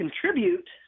contribute